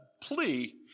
plea